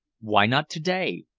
why not to-day?